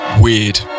weird